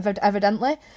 evidently